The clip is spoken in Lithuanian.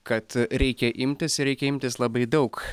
kad reikia imtis reikia imtis labai daug